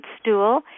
stool